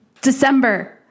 December